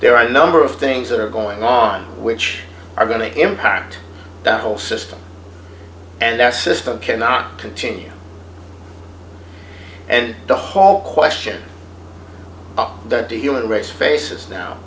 there are a number of things that are going on which are going to impact the whole system and our system cannot continue and the whole question up that the human race faces now